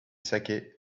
saké